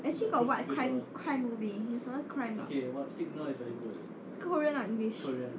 actually got what crime crime movie 有什么 crime 的 korean or english